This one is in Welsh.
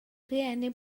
rieni